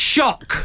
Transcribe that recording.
Shock